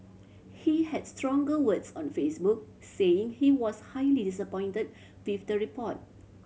he had stronger words on Facebook saying he was highly disappointed with the report